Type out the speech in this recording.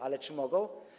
Ale czy mogą?